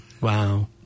Wow